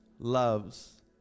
loves